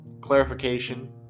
clarification